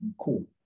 cool